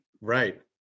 Right